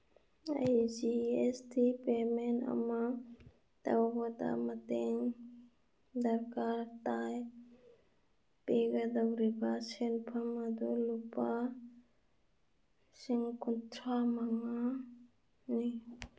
ꯑꯩꯒꯤ G S T payment ꯑꯃ ꯇꯧꯕꯗ ꯃꯇꯦꯡ ꯗꯔꯀꯥꯔ ꯇꯥꯏ ꯄꯤꯒꯗꯧꯔꯤꯕ ꯁꯦꯟꯐꯝ ꯑꯗꯨ ꯂꯨꯄꯥ ꯂꯤꯁꯤꯡ ꯀꯨꯟꯊ꯭ꯔꯥ ꯃꯉꯥꯅꯤ